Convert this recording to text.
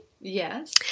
Yes